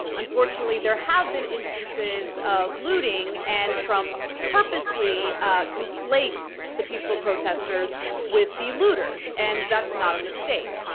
unfortunately, there have been instances of looting and trump purposely conflates the peaceful protesters with the looters, and that's not a mistake.